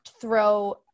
throw